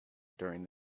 during